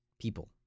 people